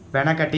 వెనకటి